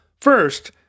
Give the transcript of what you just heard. first